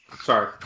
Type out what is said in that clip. sorry